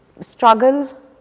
Struggle